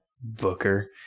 Booker